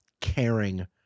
caring